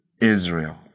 Israel